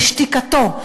בשתיקתו,